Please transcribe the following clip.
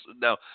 now